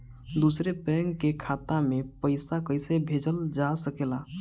दूसरे बैंक के खाता में पइसा कइसे भेजल जा सके ला?